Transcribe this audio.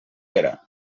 era